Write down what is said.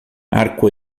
arco